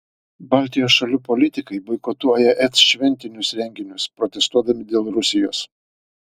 baltijos šalių politikai boikotuoja et šventinius renginius protestuodami dėl rusijos